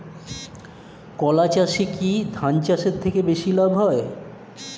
কলা চাষে কী ধান চাষের থেকে বেশী লাভ হয়?